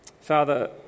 Father